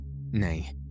Nay